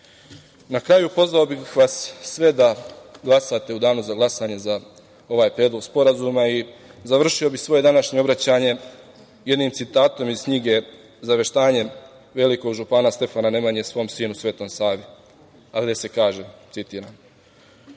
kraju, pozvao bih vas sve da glasate u danu za glasanje za ovaj predlog sporazuma i završio bih svoje današnje obraćanje jednim citatom iz knjige „Zaveštanje velikog župana Stefana Nemanje, svom sinu Svetom Savi“, a gde se kaže, citiram: